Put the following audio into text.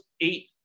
eight